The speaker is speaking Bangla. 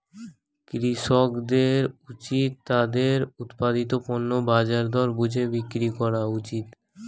কৃষকদের উচিত তাদের উৎপাদিত পণ্য বাজার দর বুঝে বিক্রি করা উচিত